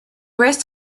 rest